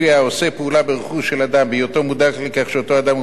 ברכוש של אדם בהיותו מודע לכך שאותו אדם הוא פעיל טרור,